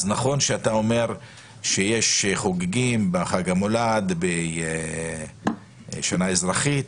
נכון שאתה אומר שיש חוגגים בחג המולד ובשנה האזרחית,